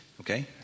Okay